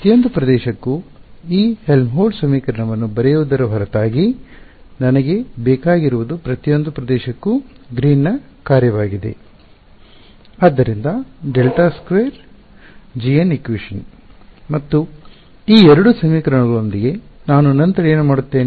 ಪ್ರತಿಯೊಂದು ಪ್ರದೇಶಕ್ಕೂ ಈ ಹೆಲ್ಮ್ಹೋಲ್ಟ್ಜ್ ಸಮೀಕರಣವನ್ನು ಬರೆಯುವುದರ ಹೊರತಾಗಿ ನನಗೆ ಬೇಕಾಗಿರುವುದು ಪ್ರತಿಯೊಂದು ಪ್ರದೇಶಕ್ಕೂ ಗ್ರೀನ್ನ ಕಾರ್ಯವಾಗಿದೆ ಆದ್ದರಿಂದ ∇2gn kn2 g − δr r ′ ಮತ್ತು ಈ ಎರಡು ಸಮೀಕರಣಗಳೊಂದಿಗೆ ನಾನು ನಂತರ ಏನು ಮಾಡುತ್ತೇನೆ